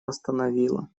остановило